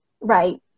right